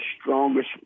strongest